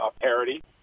parity